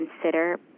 consider